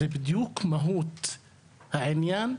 זו בדיוק מהות העניין,